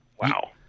wow